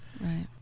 Right